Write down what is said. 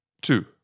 two